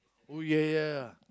oh ya ya